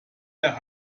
der